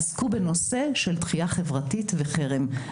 עסקו בנושא של דחייה חברתית וחרם.